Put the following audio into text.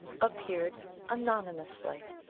appeared anonymously.